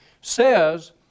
says